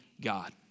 God